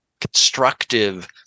constructive